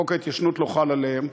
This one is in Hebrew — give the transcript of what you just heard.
חוק ההתיישנות לא חל עליהם.